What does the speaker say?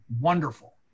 wonderful